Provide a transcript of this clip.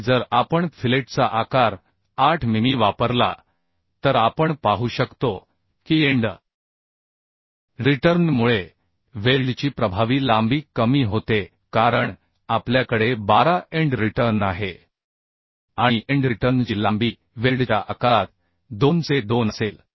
आणि जर आपण फिलेटचा आकार 8 मिमी वापरला तर आपण पाहू शकतो की एंड रिटर्नमुळे वेल्डची प्रभावी लांबी कमी होते कारण आपल्याकडे 12 एंड रिटर्न आहे आणि एंड रिटर्नची लांबी वेल्डच्या आकारात 2 से 2 असेल